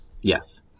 Yes